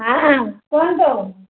ହଁ କୁହନ୍ତୁ